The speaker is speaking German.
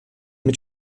mit